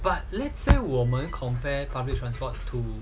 but let's say 我们 compare public transport to